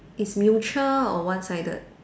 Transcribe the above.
is mutual or one sided